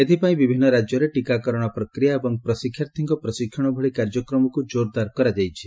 ଏଥିପାଇଁ ବିଭିନ୍ନ ରାଜ୍ୟରେ ଟୀକାକରଣ ପ୍ରକ୍ରିୟା ଏବଂ ପ୍ରଶିକ୍ଷାର୍ଥୀଙ୍କ ପ୍ରଶିକ୍ଷଣ ଭଳି କାର୍ଯ୍ୟକ୍ରମକୁ ଯୋର୍ଦାର୍ କରାଯାଇଛି